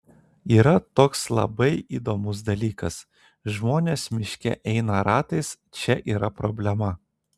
yra toks labai įdomus dalykas žmonės miške eina ratais čia yra problema